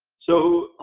so,